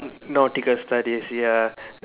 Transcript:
n~ nautical studies ya